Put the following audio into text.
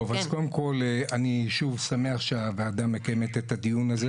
קודם כל אני שוב שמח שהוועדה מקיימת את הדיון הזה